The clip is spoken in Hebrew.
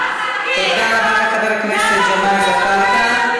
תודה רבה לחבר הכנסת ג'מאל זחאלקה.